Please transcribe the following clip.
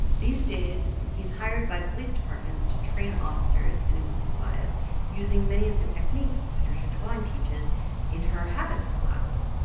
these days he's hired by police departments to train officers in implicit bias using many of the techniques patricia devine teaches in her habits class.